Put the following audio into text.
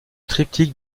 triptyque